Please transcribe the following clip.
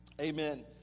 amen